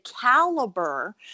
caliber